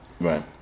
Right